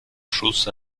schuss